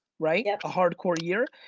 right? yeah a hardcore year,